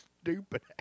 stupid